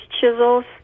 chisels